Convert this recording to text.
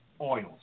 oils